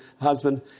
husband